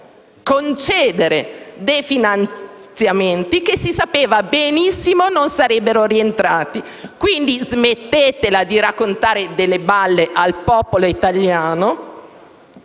concedere finanziamenti che si sapeva benissimo non sarebbero rientrati. Smettetela di raccontare balle al popolo italiano